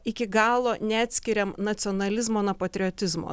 iki galo neatskiriam nacionalizmo nuo patriotizmo